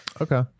Okay